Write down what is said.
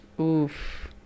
Oof